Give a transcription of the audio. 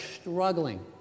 struggling